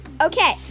Okay